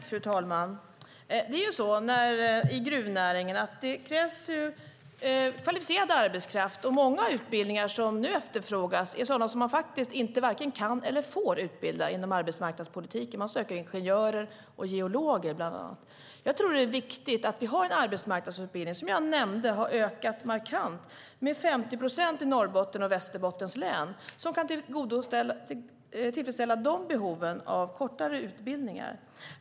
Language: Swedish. Fru talman! I gruvnäringen krävs kvalificerad arbetskraft. Många utbildningar som nu efterfrågas är sådana som man varken kan eller får anordna inom arbetsmarknadspolitiken. Gruvnäringen söker bland annat ingenjörer och geologer. Jag tror att det är viktigt att vi har en arbetsmarknadsutbildning som har ökat markant, som jag nämnde. Den har ökat med 50 procent i Norrbottens och Västerbottens län. Den kan tillfredsställa behoven av kortare utbildningar.